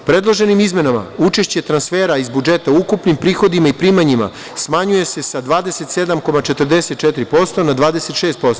Predloženim izmenama učešće transfera iz budžeta u ukupnom prihodima i primanjima smanjuje se sa 27,44% na 26%